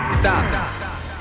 Stop